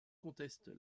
conteste